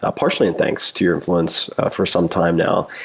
ah partially in thanks to your influence, for some time now.